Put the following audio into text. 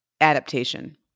adaptation